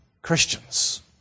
Christians